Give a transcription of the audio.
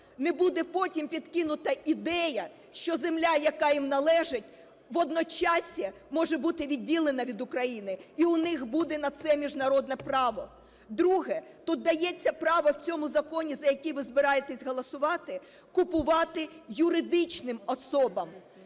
не буде потім підкинута ідея, що земля, яка їм належить, водночас може бути відділена від України, і в них буде на це міжнародне право? Друге. Тут дається право в цьому законі, за який ви збираєтесь голосувати, купувати юридичним особам